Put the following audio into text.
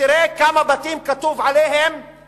ותראה על כמה בתים כתוב בקרמיקה